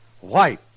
White